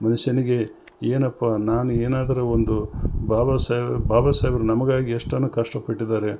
ಮನುಷ್ಯನಿಗೆ ಏನಪ್ಪಾ ನಾನು ಏನಾದರು ಒಂದು ಬಾಬಾ ಸಾಹೇಬ್ ಬಾಬಾ ಸಾಹೇಬ್ರ್ ನಮಗಾಗಿ ಎಷ್ಟನ್ನ ಕಷ್ಟ ಪಟ್ಟಿದ್ದಾರೆ